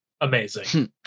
Amazing